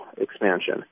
expansion